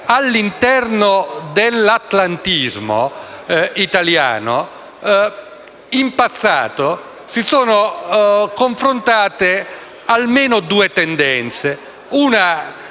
all'interno dell'atlantismo italiano in passato si siano confrontate due tendenze: